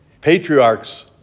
patriarchs